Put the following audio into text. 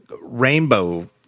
rainbow